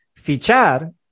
fichar